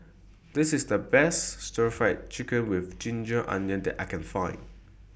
This IS The Best Stir Fried Chicken with Ginger Onions that I Can Find